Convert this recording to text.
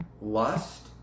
lust